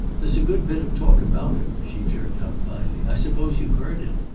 there's a good bit of talk about him, she jerked out finally. i suppose you've heard it.